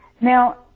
Now